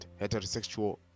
heterosexual